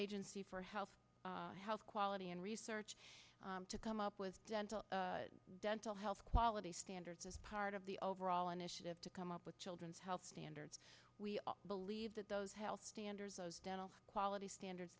agency for health health quality and research to come up with dental dental health quality standards as part of the overall initiative to come up with children's health standards we believe that those health standards those dental quality standards